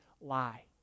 lie